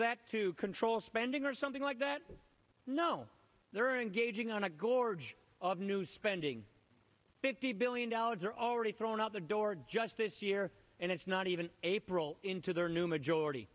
that to control spending or something like that no they're engaging on a gorge of new spending fifty billion dollars are already thrown out the door just this year and it's not even april into their new majority